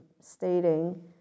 stating